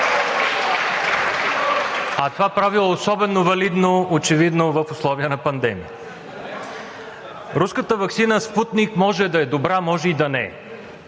А това правило е особено валидно очевидно в условия на пандемия. Руската ваксина „Спутник“ може да е добра, може и да не е